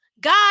God